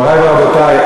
מורי ורבותי,